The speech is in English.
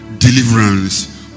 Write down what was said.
Deliverance